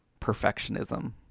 perfectionism